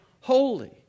holy